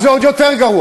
אז זה עוד יותר גרוע.